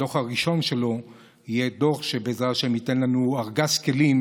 הדוח הראשון שלו יהיה דוח שבעזרת השם ייתן לנו ארגז כלים